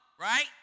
Right